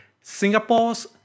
Singapore's